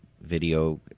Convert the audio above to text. video